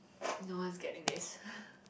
no one's getting this